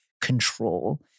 control